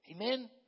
Amen